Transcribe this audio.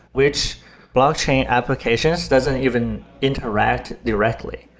which blockchain applications doesn't even interact directly,